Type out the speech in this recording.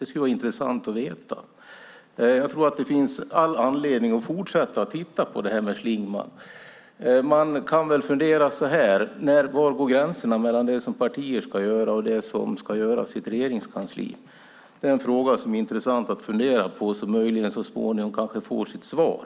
Det skulle vara intressant att veta. Jag tror att det finns all anledning att fortsätta att titta på detta med Schlingmann. Man kan fundera över var gränsen går mellan det som partier ska göra och det som ska göras i ett regeringskansli. Det är en intressant fråga att fundera över, och möjligen kan den så småningom få sitt svar.